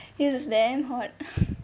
his was damn hot